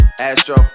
Astro